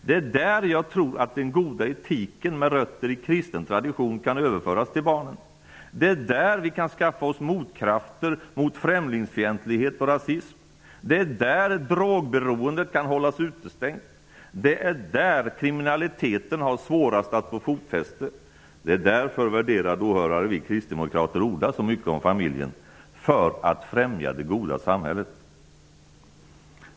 Jag tror att det är där som den goda etiken, med rötter i kristen tradition, kan överföras till barnen. Det är där som vi kan skaffa oss motkrafter mot främlingsfientlighet och rasism. Det är där som drogberoendet kan hållas utestängt. Det är där som kriminaliteten har svårast att få fotfäste. Värderade åhörare! Det är för att främja det goda samhället som vi Kristdemokrater ordar så mycket om familjen.